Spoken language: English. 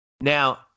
Now